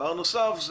דבר נוסף,